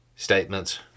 Statements